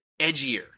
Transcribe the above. edgier